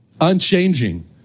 Unchanging